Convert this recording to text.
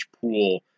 pool